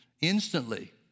Instantly